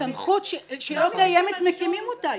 סמכות שהיא לא קיימת, מקימים אותו.